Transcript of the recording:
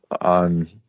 on